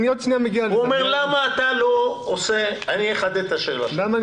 עוד שנייה אגיע --- אני אחדד את השאלה: